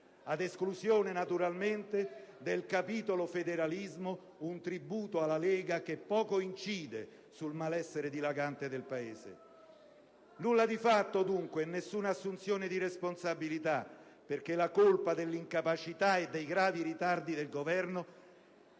ad esclusione - naturalmente - del capitolo federalismo: un tributo alla Lega che poco incide sul malessere dilagante del Paese. Nulla di fatto, dunque, e nessuna assunzione di responsabilità, perché la colpa dell'incapacità e dei gravi ritardi del Governo